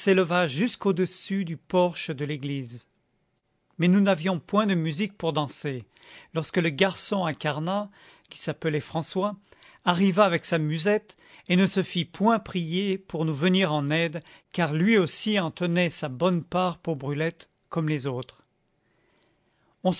jusqu'au-dessus du porche de l'église mais nous n'avions point de musique pour danser lorsque le garçon à carnat qui s'appelait françois arriva avec sa musette et ne se fit point prier pour nous venir en aide car lui aussi en tenait sa bonne part pour brulette comme les autres